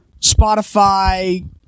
Spotify